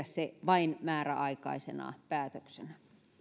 se vain määräaikaisena päätöksenä